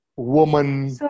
woman